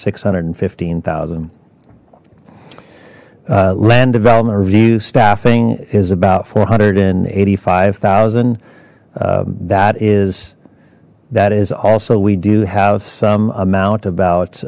six hundred and fifteen thousand land development review staffing is about four hundred and eighty five thousand that is that is also we do have some amount